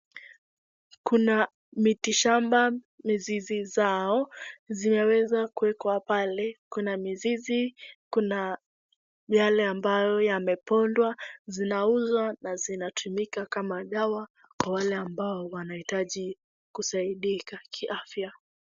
Kuna miti shamba mizizi zao zinaweza kuwekwa pale, kuna mizizi kuna yale ambayo yanabondwa zinauzwa na zinatumika kama dawa kwa wale ambao wanahitaji kusaidika kiafya.